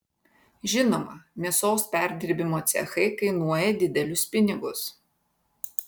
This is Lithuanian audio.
žinoma mėsos perdirbimo cechai kainuoja didelius pinigus